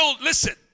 listen